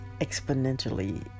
exponentially